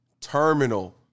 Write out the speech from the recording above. terminal